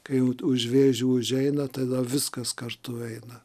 kai jau t už vėžių užeina tada viskas kartu eina